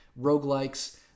roguelikes